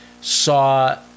saw